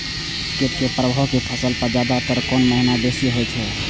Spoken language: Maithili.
कीट के प्रभाव फसल पर ज्यादा तर कोन महीना बेसी होई छै?